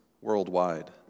worldwide